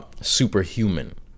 superhuman